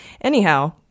Anyhow